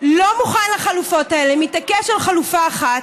הוא לא מוכן לחלופות האלה, מתעקש על חלופה אחת.